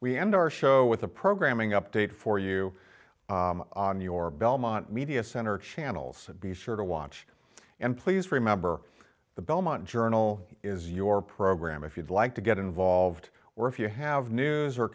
we end our show with a programming update for you on your belmont media center channels and be sure to watch and please remember the belmont journal is your program if you'd like to get involved or if you have news or